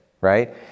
right